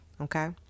Okay